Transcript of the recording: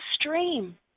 stream